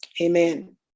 amen